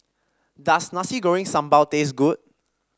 does Nasi Goreng Sambal taste good